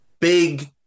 Big